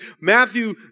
Matthew